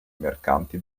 mercanti